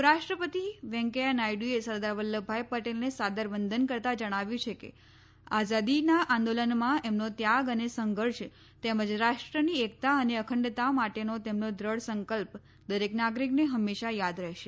ઉપરાષ્ટ્ર પતિ વેંકૈયા નાયડુએ સરદાર વલ્લભભાઈ પટેલને સાદર વંદન કરતા જણાવ્યું છે કે આઝાદીના આંદોલનમાં એમનો ત્યાગ અને સંઘર્ષ તેમજ રાષ્ર ની એકતા અને અખંડતા માટેનો તેમનો દૃઢ સંકલ્પ દરેક નાગરિકને હંમેશા થાદ રહેશે